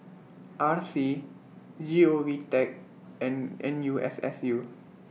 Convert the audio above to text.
R C Govtech and N U S S U